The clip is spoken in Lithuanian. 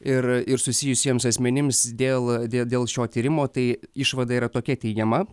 ir ir susijusiems asmenims dėl dėl dėl šio tyrimo tai išvada yra tokia teigiama